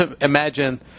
imagine